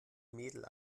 mädel